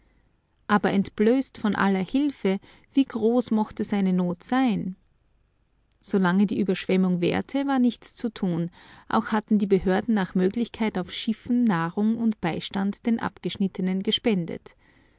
aber entblößt von aller hilfe wie groß mochte seine not sein solange die überschwemmung währte war nichts zu tun auch hatten die behörden nach möglichkeit auf schiffen nahrung und beistand den abgeschnittenen gespendet